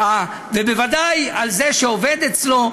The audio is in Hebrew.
ובוודאי על זה שעובד אצלו,